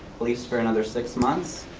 least for another six months,